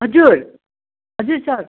हजुर हजुर सर